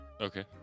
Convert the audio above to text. okay